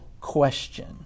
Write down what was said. question